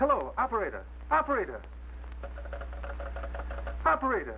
hello operator operator operator